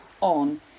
on